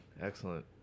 Excellent